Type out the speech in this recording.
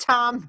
Tom